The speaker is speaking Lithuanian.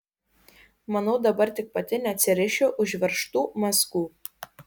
manau dabar tik pati neatsirišiu užveržtų mazgų